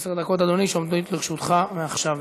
עשר דקות, אדוני, שעומדות לרשותך מעכשיו.